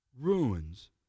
ruins